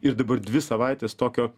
ir dabar dvi savaitės tokio